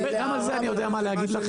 גם על זה יש לי מה להגיד.